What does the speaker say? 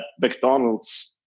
McDonald's